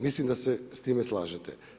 Mislim da se s time slažete.